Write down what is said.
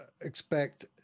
expect